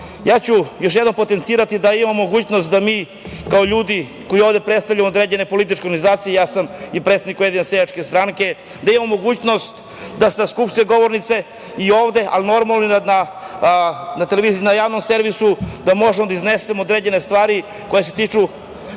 ću još jednom potencirati da imamo mogućnost da mi kao ljudi koji ovde predstavljamo određene političke organizacije, ja sam predsednik Ujedinjene seljačke stranke, da imamo mogućnost da sa Skupštinske govornice i ovde, ali normalno i na televiziji, na javnom servisu, da možemo da iznesemo određene stvari koje se tiču